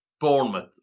Bournemouth